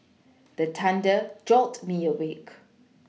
the thunder jolt me awake